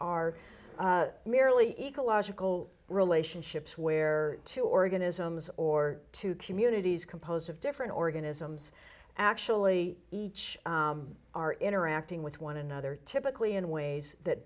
are merely ecological relationships where two organisms or two communities composed of different organisms actually each are interacting with one another typically in ways that